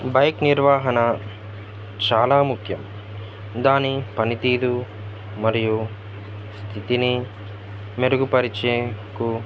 bike నిర్వహణ చాలా ముఖ్యం దాని పనితీరు మరియు స్థితిని మెరుగుపరిచేందుకు